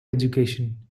education